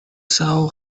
saw